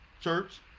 church